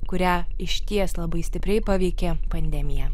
kurią išties labai stipriai paveikė pandemija